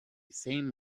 same